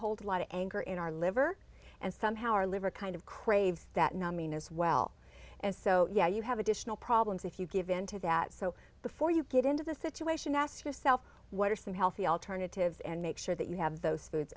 hold a lot of anger in our liver and somehow our liver kind of craves that numbing as well and so yeah you have additional problems if you give in to that so before you get into the situation ask yourself what are some healthy alternatives and make sure that you have those foods